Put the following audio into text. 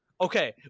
Okay